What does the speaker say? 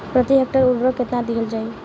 प्रति हेक्टेयर उर्वरक केतना दिहल जाई?